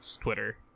Twitter